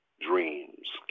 dreams